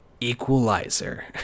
equalizer